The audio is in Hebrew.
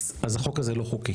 אז החוק הזה לא חוקי.